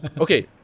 Okay